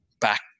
back